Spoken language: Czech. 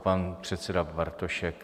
Pan předseda Bartošek?